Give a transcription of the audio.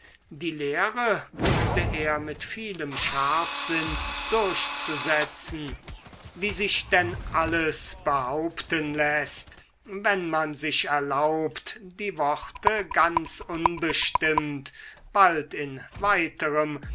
die lehre wußte er mit vielem scharfsinn durchzusetzen wie sich denn alles behaupten läßt wenn man sich erlaubt die worte ganz unbestimmt bald in weiterem